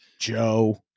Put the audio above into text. Joe